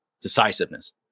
decisiveness